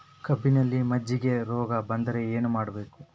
ಕಬ್ಬಿನಲ್ಲಿ ಮಜ್ಜಿಗೆ ರೋಗ ಬಂದರೆ ಏನು ಮಾಡಬೇಕು?